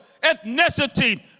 ethnicity